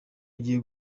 igiye